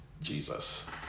Jesus